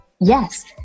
yes